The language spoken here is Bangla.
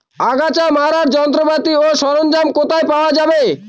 আগাছা মারার যন্ত্রপাতি ও সরঞ্জাম কোথায় পাওয়া যাবে?